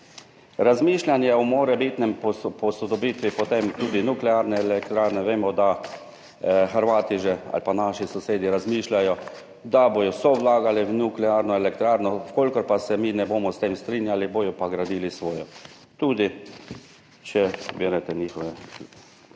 razmišljanje o morebitni posodobitvi tudi nuklearne elektrarne, vemo, da Hrvati oziroma naši sosedje razmišljajo, da bodo oziroma so že vlagali v nuklearno elektrarno, če pa se mi ne bomo s tem strinjali, bodo pa gradili svojo, če berete njihove